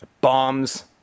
bombs